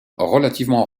relativement